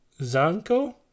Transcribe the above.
Zanko